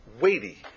weighty